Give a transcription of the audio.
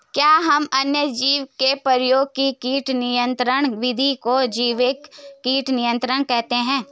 क्या हम अन्य जीवों के प्रयोग से कीट नियंत्रिण विधि को जैविक कीट नियंत्रण कहते हैं?